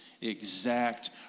exact